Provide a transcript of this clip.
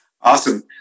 Awesome